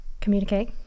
communicate